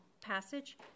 Passage